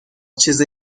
چیزی